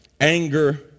anger